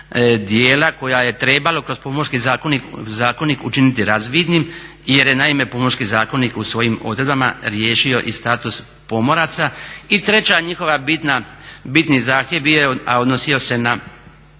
dijela koja je trebalo kroz Pomorski zakonik učiniti razvidnim jer je naime Pomorski zakonik u svojim odredbama riješio i status pomoraca. I treći njihov bitni zahtjev bio je a odnosio se na